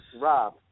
Rob